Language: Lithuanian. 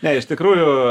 ne iš tikrųjų